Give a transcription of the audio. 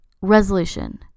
resolution